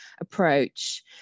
approach